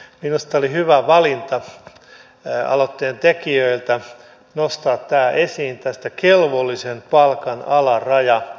minusta oli hyvä valinta aloitteen tekijöiltä nostaa esiin tästä kelvollisen palkan alaraja